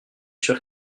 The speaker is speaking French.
sûr